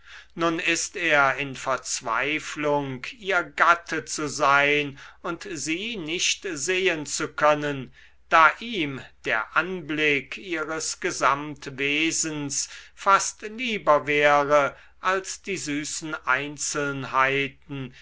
nun ist er in verzweiflung ihr gatte zu sein und sie nicht sehen zu können da ihm der anblick ihres gesamtwesens fast lieber wäre als die süßen einzelnheiten